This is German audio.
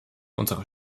unsere